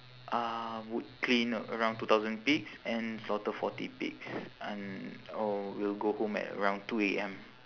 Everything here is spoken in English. uh would clean around two thousand pigs and slaughter forty pigs and and oh will go home at around two A_M